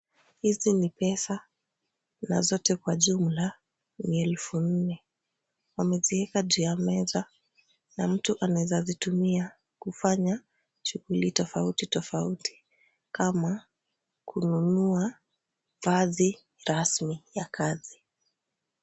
Hizi ni pesa na zote kwa jumla ni elfu nne. Wamezieka juu ya meza na mtu anaweza zitumia kufanya shughuli tofauti tofauti kama kununua vazi rasmi ya kazi.